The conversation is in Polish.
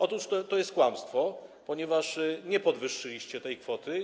Otóż to jest kłamstwo, ponieważ nie podwyższyliście tej kwoty.